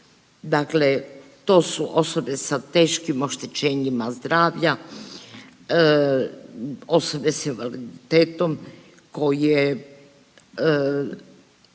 Dakle, to su osobe sa teškim oštećenjima zdravlja, osobe s invaliditetom koje